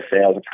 sales